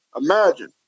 imagine